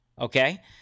okay